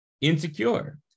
insecure